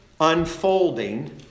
unfolding